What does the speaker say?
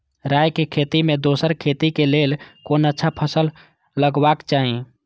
राय के खेती मे दोसर खेती के लेल कोन अच्छा फसल लगवाक चाहिँ?